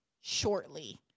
shortly